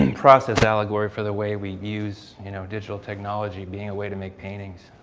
and process allegory for the way we use you know digital technology being a way to make paintings.